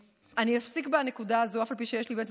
אני אפסיק בנקודה הזאת, אף על פי שיש לי עוד.